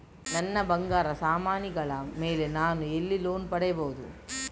ನನ್ನ ಬಂಗಾರ ಸಾಮಾನಿಗಳ ಮೇಲೆ ನಾನು ಎಲ್ಲಿ ಲೋನ್ ಪಡಿಬಹುದು?